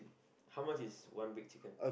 how much is one big chicken